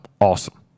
Awesome